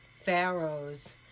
pharaohs